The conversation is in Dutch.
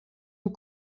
een